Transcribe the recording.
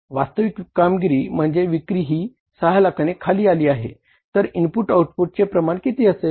वास्तविक कामगिरी म्हणजे विक्री ही 6 लाखाने खाली आली आहे तर इनपुट आउटपुट चे प्रमाण किती असेल